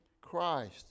Christ